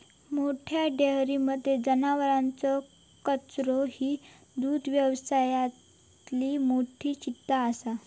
मोठ्या डेयरींमध्ये जनावरांचो कचरो ही दुग्धव्यवसायातली मोठी चिंता असा